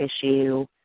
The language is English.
issue